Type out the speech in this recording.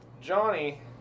Johnny